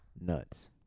nuts